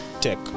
tech